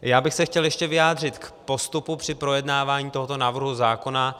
Já bych se chtěl ještě vyjádřit k postupu při projednávání tohoto návrhu zákona.